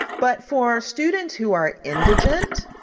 but for students who are indigent,